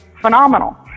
phenomenal